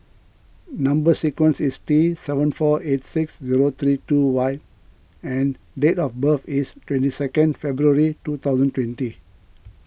Number Sequence is T seven four eight six zero three two Y and date of birth is twenty second February two thousand twenty